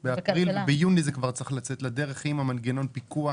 ביוני זה צריך לצאת לדרך עם מנגנון פיקוח.